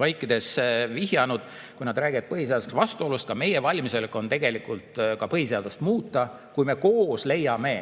vaikides vihjanud, kui nad räägivad põhiseadusega vastuolust – valmisolek tegelikult põhiseadust muuta, kui me koos leiame,